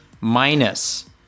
minus